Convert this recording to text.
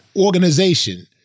organization